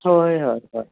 होय होय हो